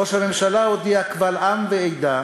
ראש הממשלה הודיע קבל עם ועדה